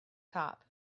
top